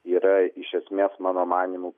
yra iš esmės mano manymu